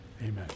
Amen